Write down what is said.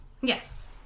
Yes